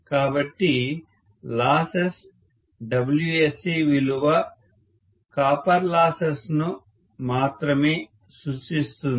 కాబట్టి losses WSC విలువ copper losses ను మాత్రమే సూచిస్తుంది